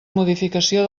modificació